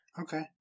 Okay